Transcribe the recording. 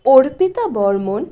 Arpita Barman